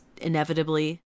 inevitably